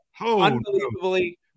unbelievably